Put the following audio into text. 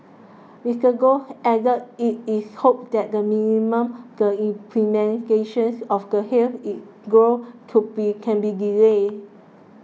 Mister Goh added it is hoped that the minimum the implementations of the halt in growth could be can be delayed